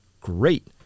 great